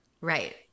right